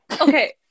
Okay